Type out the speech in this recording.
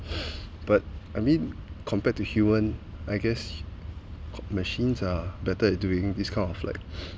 but I mean compared to human I guess machines are better at doing this kind of like